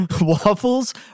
Waffles